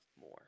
more